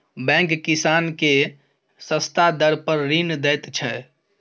bank किसान केँ सस्ता दर पर ऋण दैत छै